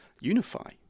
unify